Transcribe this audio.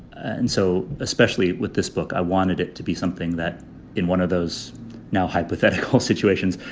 and so especially with this book, i wanted it to be something that in one of those now hypothetical situations,